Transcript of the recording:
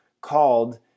called